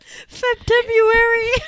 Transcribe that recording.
February